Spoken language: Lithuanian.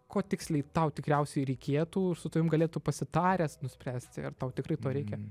ko tiksliai tau tikriausiai reikėtų ir su tavim galėtų pasitaręs nuspręsti ar tau tikrai to reikia